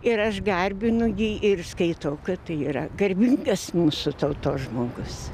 ir aš garbinu jį ir skaitau kad tai yra garbingas mūsų tautos žmogus